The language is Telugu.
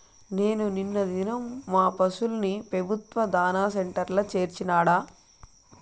నేను నిన్న దినం మా పశుల్ని పెబుత్వ దాణా సెంటర్ల చేర్చినాడ